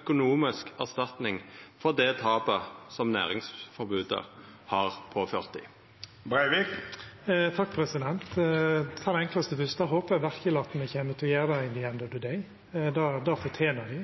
økonomisk erstatning for det tapet som næringsforbodet har gjeve dei. Eg får ta det enklaste fyrst: Det håpar eg verkeleg at me kjem til å gjera «at the end of the day», for det fortener dei.